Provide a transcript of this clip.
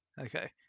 Okay